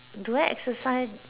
do I exercise